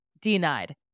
denied